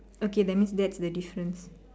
okay that means that's the difference